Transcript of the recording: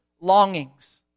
longings